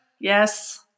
yes